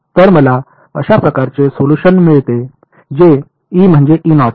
तर मला कशा प्रकारचे सोलुशन मिळते जे E म्हणजे E नॉट